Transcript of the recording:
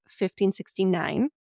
1569